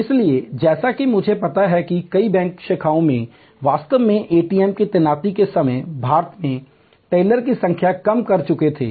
इसलिए जैसा कि मुझे पता है कि कई बैंक शाखाओं में वे वास्तव में एटीएम की तैनाती के समय भारत में टेलर की संख्या कम कर चुके थे